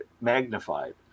magnified